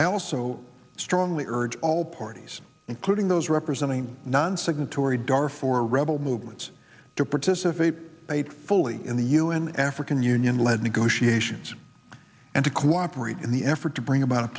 i also strongly urge all parties including those representing non signatory dar for rebel movements to participate fully in the un african union led negotiations and to cooperate in the effort to bring about a